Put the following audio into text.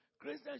Christians